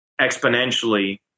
exponentially